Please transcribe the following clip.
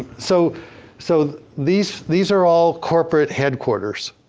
so so these these are all corporate headquarters.